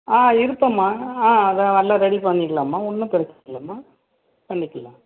ஆ இருப்பேன்மா ஆ அது அதெல்லாம் ரெடி பண்ணிடலாம்மா ஒன்றும் ப்ரச்சனை இல்லைம்மா பண்ணிக்கலாம்